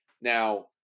Now